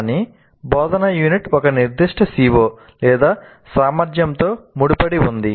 కానీ బోధనా యూనిట్ ఒక నిర్దిష్ట CO సామర్థ్యంతో ముడిపడి ఉంది